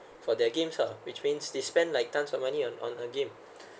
for their games ah which means they spend like tons of money on on game